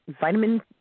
vitamin